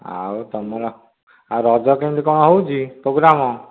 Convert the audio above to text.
ଆଉ ତମର ଆଉ ରଜ କେମିତି କ'ଣ ହେଉଛି ପୋଗ୍ରାମ